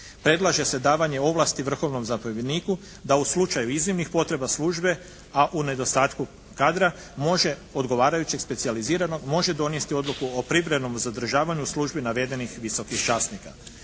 Predlaže se davanje ovlasti Vrhovnom zapovjedniku da u slučaju iznimnih potreba službe a u nedostatku kadra, može odgovarajućeg specijaliziranog, može donijeti odluku o privremenom zadržavanju u službi navedenih visokih časnika.